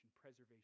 preservation